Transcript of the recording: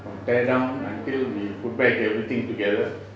from tear down until we put back everything together